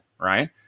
right